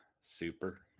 super